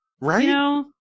right